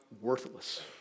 worthless